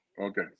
okay